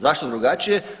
Zašto drugačije?